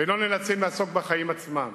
ולא נאלץ לעסוק בחיים עצמם,